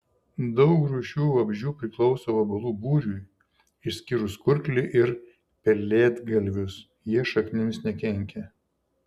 daug rūšių vabzdžių priklauso vabalų būriui išskyrus kurklį ir pelėdgalvius jie šaknims nekenkia